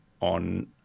on